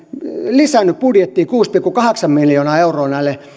lisännyt budjettiin kuusi pilkku kahdeksan miljoonaa euroa